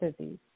disease